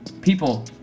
People